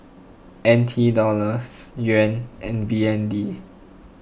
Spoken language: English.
N T Dollars Yuan and B N D